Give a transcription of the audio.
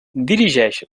dirigeix